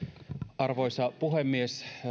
arvoisa puhemies